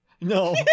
no